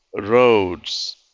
roads,